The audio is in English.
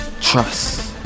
Trust